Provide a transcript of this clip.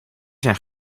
zijn